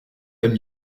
leurs